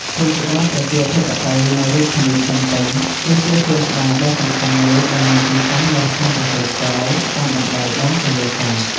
សួនច្បារប្រជាធិបតេយ្យនៅរាជធានីភ្នំពេញ គឺជាសួនច្បារដ៏សំខាន់មួយដែលមានទីតាំងនៅខណ្ឌឫស្សីកែវ តាមបណ្តោយដងទន្លេសាប។